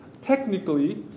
technically